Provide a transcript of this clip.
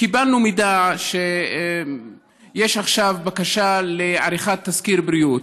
קיבלנו מידע שיש עכשיו בקשה לעריכת תסקיר בריאות.